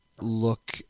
look